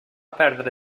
perdre